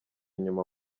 inyuma